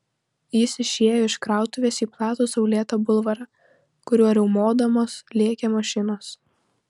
jis išėjo iš krautuvės į platų saulėtą bulvarą kuriuo riaumodamos lėkė mašinos